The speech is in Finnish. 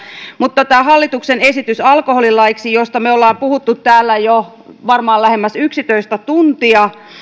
mutta tämä hallituksen esitys alkoholilaiksi josta me olemme puhuneet täällä jo varmaan lähemmäs yksitoista tuntia